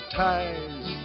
ties